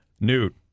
Newt